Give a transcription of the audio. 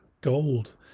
gold